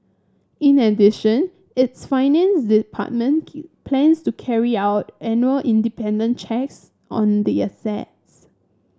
in addition its finance department planes to carry out independent checks on the assets